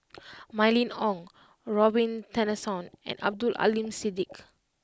Mylene Ong Robin Tessensohn and Abdul Aleem Siddique